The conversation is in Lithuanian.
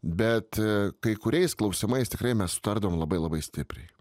bet kai kuriais klausimais tikrai mes sutardavom labai labai stipriai